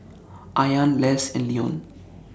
Ayaan Less and Leone